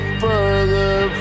further